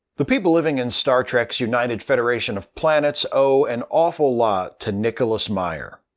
the people living in star trek's united federation of planets owe an awful lot to nicholas meyer.